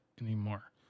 anymore